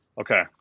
Okay